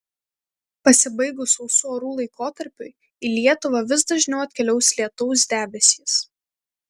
pasibaigus sausų orų laikotarpiui į lietuvą vis dažniau atkeliaus lietaus debesys